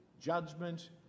judgment